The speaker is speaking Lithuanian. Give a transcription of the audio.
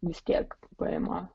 vis tiek paima